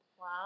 Wow